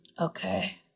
Okay